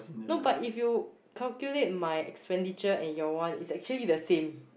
no but if you calculate my expenditure and your one it's actually the same